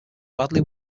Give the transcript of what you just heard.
badly